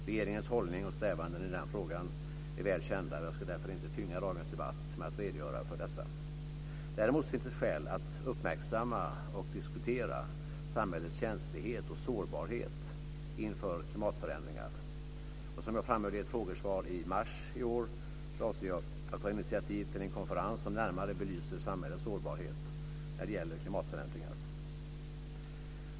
Regeringens hållning och strävanden i den frågan är väl kända, och jag ska därför inte tynga dagens debatt med att redogöra för dessa. Däremot finns det skäl att uppmärksamma och diskutera samhällets känslighet och sårbarhet inför klimatförändringar. Som jag framhöll i ett frågesvar i mars avser jag ta initiativ till en konferens som närmare belyser samhällets sårbarhet när det gäller klimatförändringar.